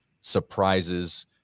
surprises